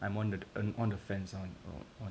I'm on th~ on the fence ah on it